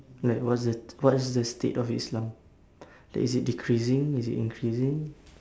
like what's the what's the state of islam is it decreasing is it increasing